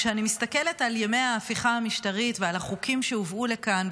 כשאני מסתכלת על ימי ההפיכה המשטרית ועל החוקים שהובאו לכאן,